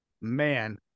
man